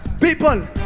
People